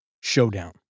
showdown